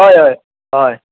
हय हय